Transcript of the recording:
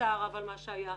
בצער רב בגלל מה שהיה.